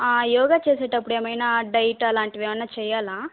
ఆ యోగా చేసేటప్పుడు ఏమైనా డైట్ అలాంటివి ఏమైనా చేయాలా